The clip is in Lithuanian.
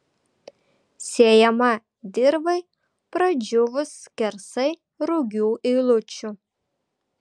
sėjama dirvai pradžiūvus skersai rugių eilučių